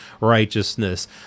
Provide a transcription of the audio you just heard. righteousness